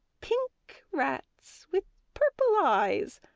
pink rats with purple eyes.